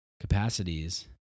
capacities